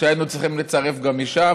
שהיינו צריכים לצרף גם אישה,